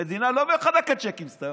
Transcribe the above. המדינה לא מחלקת צ'קים סתם.